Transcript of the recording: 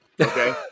Okay